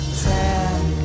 ten